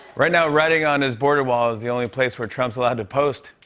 right now, writing on his border wall is the only place where trump's allowed to post.